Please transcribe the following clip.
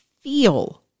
feel